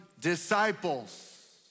disciples